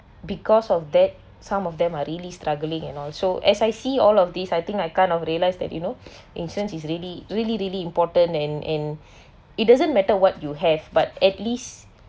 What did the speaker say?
because of that some of them are really struggling and also as I see all of these I think I kind of realize that you know insurance is really really really important and and it doesn't matter what you have but at least